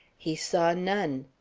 he saw none.